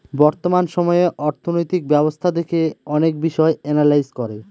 বর্তমান সময়ে অর্থনৈতিক ব্যবস্থা দেখে অনেক বিষয় এনালাইজ করে